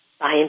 Bye